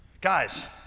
Guys